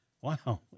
Wow